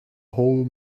whole